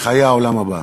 לחיי העולם הבא.